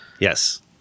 Yes